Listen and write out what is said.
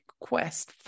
Quest